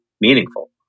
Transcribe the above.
meaningful